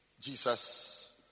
Jesus